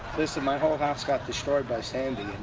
listen, my whole house got destroyed by sandy